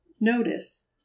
Notice